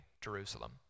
Jerusalem